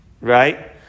right